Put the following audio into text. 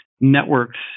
networks